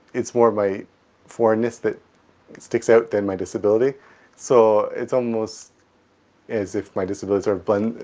it's more my foreignness that sticks out than my disability so it's almost as if my disability sort of blends,